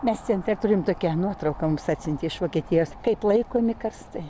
nes centre turim tokią nuotrauką mums atsiuntė iš vokietijos kaip laikomi karstai